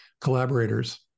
collaborators